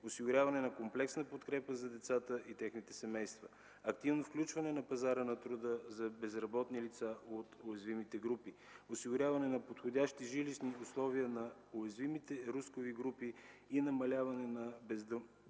осигуряване на комплексна подкрепа за децата и техните семейства, активно включване на пазара на труда за безработни лица от уязвимите групи, осигуряване на подходящи жилищни условия на уязвимите рискови групи и намаляване на бездомността,